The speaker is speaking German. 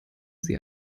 sie